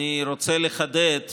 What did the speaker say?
אני רוצה לחדד,